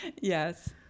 Yes